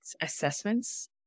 assessments